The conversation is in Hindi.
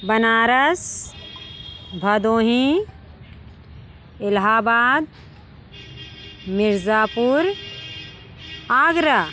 बनारस भदोही इलाहाबाद मिर्ज़ापुर आगरा